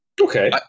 Okay